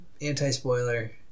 anti-spoiler